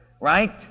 right